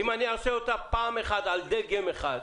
אני אעשה אותה פעם אחת על דגם אחד.